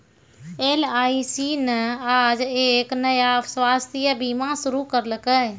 LIC न आज एक नया स्वास्थ्य बीमा शुरू करैलकै